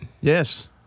Yes